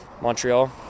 Montreal